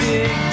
Big